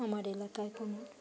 আমার এলাকায় কোন